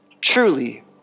truly